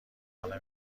خانه